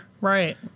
right